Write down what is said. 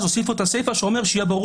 אז הוסיפו את הסיפא שאומרת שיהיה ברור